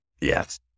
Yes